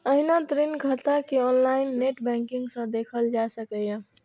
एहिना ऋण खाता कें ऑनलाइन नेट बैंकिंग सं देखल जा सकैए